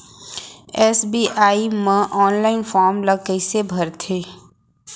SBI म online form ल कइसे भरथे?